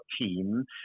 team